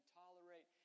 tolerate